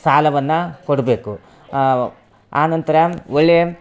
ಸಾಲವನ್ನು ಕೊಡಬೇಕು ಆ ನಂತರ ಒಳ್ಳೆಯ